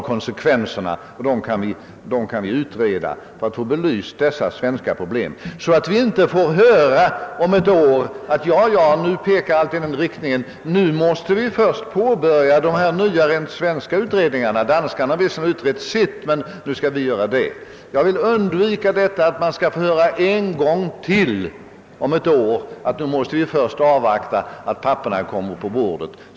Konsekvenserna av detta kunde utredas i syfte att belysa de svenska problemen, så att vi inte om ett år får höra att allt pekar i denna riktning men att vi först måste påbörja de nya, rent svenska utredningarna; danskarna har visserligen utrett sitt men nu skall vi göra vårt. Jag vill undvika att man en gång till — om ett år — skall få höra att vi först måste avvakta att papperen kommer på bordet.